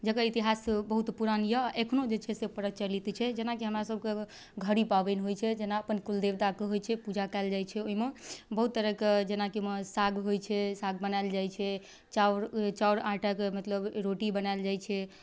जकर इतिहास बहुत पुरान अइ एखनो जे छै से प्रचलित छै जेनाकि हमरासबके घड़ी पाबनि होइ छै जेना अपन कुलदेवताके होइ छै पूजा कएल जाइ छै ओहिमे बहुत तरहके जेनाकि ओहिमे साग होइ छै साग बनाएल जाइ छै चाउर चाउर आटाके मतलब रोटी बनाएल जाए छै